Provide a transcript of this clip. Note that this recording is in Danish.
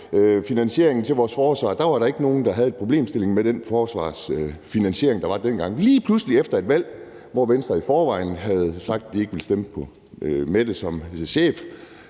var der ikke nogen, der havde problemer med den forsvarsfinansiering, der var dengang. Og lige pludselig, efter et valg, hvor Venstre i forvejen havde sagt, at de ikke ville stemme på Mette